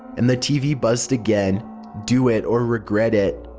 and the tv buzzed again do it or regret it.